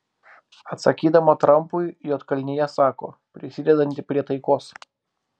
atsakydama trampui juodkalnija sako prisidedanti prie taikos